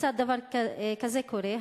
כיצד דבר כזה קורה?